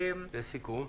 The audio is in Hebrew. לסיכום?